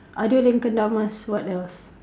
other than kendamas what else